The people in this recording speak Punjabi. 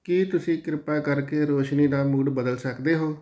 ਕੀ ਤੁਸੀਂ ਕਿਰਪਾ ਕਰਕੇ ਰੌਸ਼ਨੀ ਦਾ ਮੂਡ ਬਦਲ ਸਕਦੇ ਹੋ